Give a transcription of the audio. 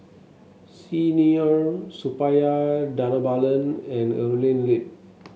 Xi Ni Er Suppiah Dhanabalan and Evelyn Lip